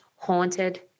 Haunted